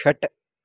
षट्